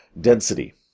density